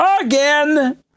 again